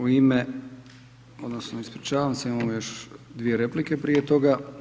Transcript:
U ime, odnosno ispričavam se, imamo još dvije replike prije toga.